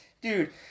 Dude